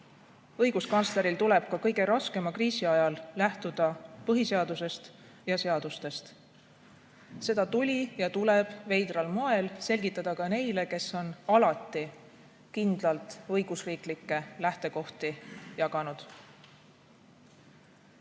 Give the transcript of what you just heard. õiguskantsleril tuleb ka kõige raskema kriisi ajal lähtuda põhiseadusest ja seadustest. Seda tuli ja tuleb veidral moel selgitada ka neile, kes on alati kindlalt õigusriiklikke lähtekohti jaganud.